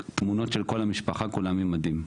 ותמונות של כל המשפחה, כולם עם מדים.